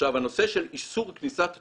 הנושא של איסור כניסת תועמלנים,